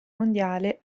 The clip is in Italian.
mondiale